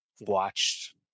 watched